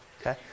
Okay